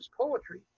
poetry